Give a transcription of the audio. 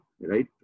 right